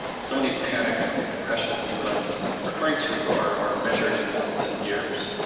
some of these panics and depressions and that i'm referring to are measured in multiple years,